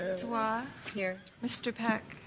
ah here. mr. pack.